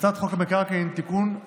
הצעת חוק המקרקעין (תיקון,